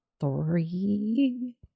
three